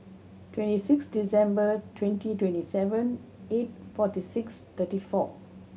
twenty six December twenty twenty seven eight forty six thirty four